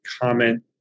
comment